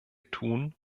tun